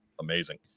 amazing